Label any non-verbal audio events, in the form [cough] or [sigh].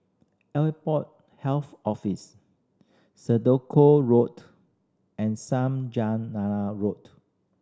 Airport Health Office Senoko Road and [unintelligible] Road